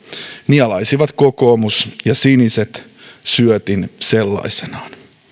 nielaisivat kokoomus ja siniset syötin sellaisenaan